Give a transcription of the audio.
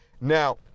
Now